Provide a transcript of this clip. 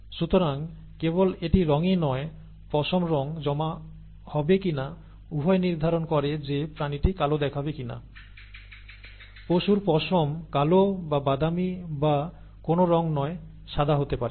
সুতরাং কেবল এটি রঙই নয় পশম রঙ জমা হবে কিনা উভয় নির্ধারণ করে যে প্রাণীটি কালো দেখাবে কিনা পশুর পশম কালো বা বাদামী বা কোনও রঙ নয় সাদা হতে পারে